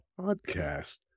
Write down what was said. podcast